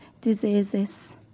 diseases